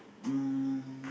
um